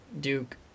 Duke